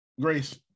Grace